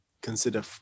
consider